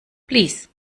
please